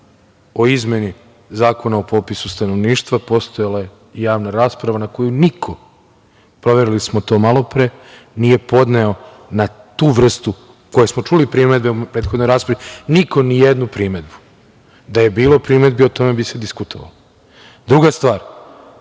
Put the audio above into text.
o izmeni Zakona o popisu stanovništva, postojala je javna rasprava na koju niko, proverili smo to malopre nije podneo na tu vrstu, a primedbe smo čuli u prethodnoj raspravi, niko nijednu primedbu. Da je bilo primedbi, o tome bi se diskutovalo. Druga stvar,